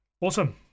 awesome